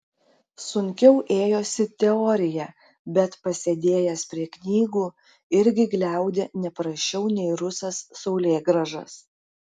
sunkiau ėjosi teorija bet pasėdėjęs prie knygų irgi gliaudė ne prasčiau nei rusas saulėgrąžas